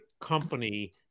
company